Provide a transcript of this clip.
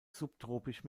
subtropisch